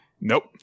Nope